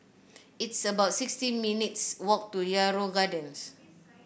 it's about sixty minutes' walk to Yarrow Gardens